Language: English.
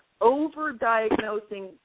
over-diagnosing